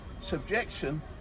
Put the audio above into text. subjection